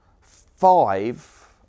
five